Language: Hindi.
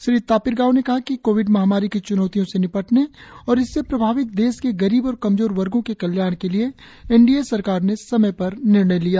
श्री तापिर गाव ने कहा कि कोविड महामारी की च्नौतियों से निपटने और इससे प्रभावित देश के गरीब और कमजोर वर्गों के कल्याण के लिए एन डी ए सरकार ने समय पर निर्णय लिया